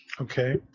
okay